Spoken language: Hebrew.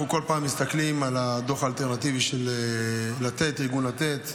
אנחנו כל פעם מסתכלים על הדוח האלטרנטיבי של ארגון לתת.